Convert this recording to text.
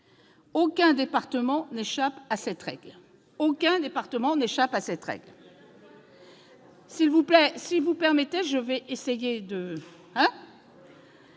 Aucun département n'échappe à cette règle